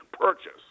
purchase